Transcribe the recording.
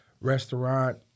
restaurant